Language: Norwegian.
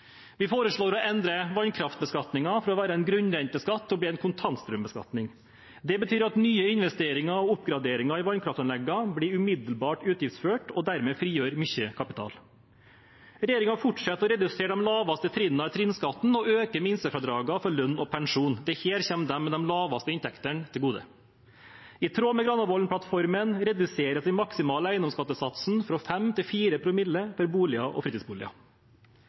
Vi foreslår å endre vannkraftbeskatningen, fra å være en grunnrenteskatt til å bli en kontantstrømbeskatning. Det betyr at nye investeringer og oppgradering i vannkraftanleggene blir umiddelbart utgiftsført og dermed frigjør mye kapital. Regjeringen fortsetter å redusere de laveste trinnene i trinnskatten og øker minstefradraget for lønn og pensjon. Dette kommer dem med de laveste inntektene til gode. I tråd med Granavolden-plattformen reduseres den maksimale eiendomsskattestaten fra 5 til 4 promille for boliger og fritidsboliger.